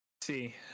see